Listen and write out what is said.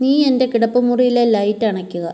നീ എൻ്റെ കിടപ്പുമുറിയിലെ ലൈറ്റ് അണയ്ക്കുക